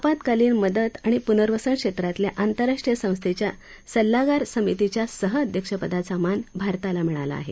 आपत्कालीन मदत आणि पुर्नवसन क्षेत्रातल्या आंतरराष्टीय संस्थेच्या सल्लागार समितीच्या सहअध्यक्षपदाचा मान भारताला मिळाला आहे